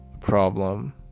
problem